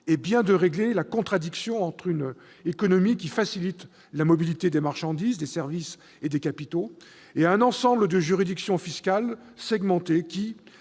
est bien de régler la contradiction entre une économie qui facilite la mobilité des marchandises, des services et des capitaux et un ensemble de juridictions fiscales segmentées qui,